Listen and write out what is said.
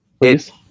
Please